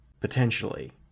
potentially